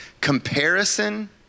Comparison